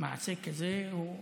מעשה כזה הוא מעשה,